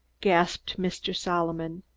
gasped mr. solomon.